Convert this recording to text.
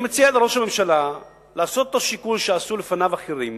אני מציע לראש הממשלה לעשות את אותו שיקול שעשו לפניו אחרים